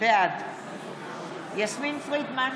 בעד יסמין פרידמן,